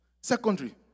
secondary